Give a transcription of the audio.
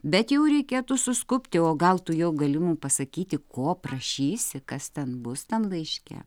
bet jau reikėtų suskubti o gal tu jau gali mum pasakyti ko prašysi kas ten bus tam laiške